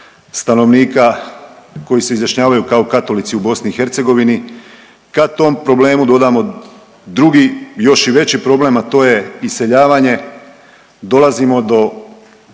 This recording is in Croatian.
stanovnika koji se izjašnjavaju kao katolici u BiH. Kad tom problemu dodamo drugi još i veći problem, a to je iseljavanje dolazimo do